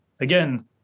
Again